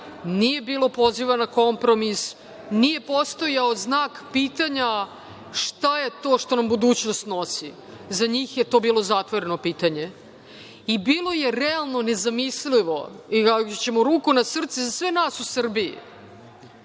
nije bilo poziva na kompromis, nije postojao znak pitanja šta je to što nam budućnost nosi. Za njih je to bilo zatvoreno pitanje. Bilo je realno nezamislivo i, ako ćemo ruku na srce, za sve nas u Srbiji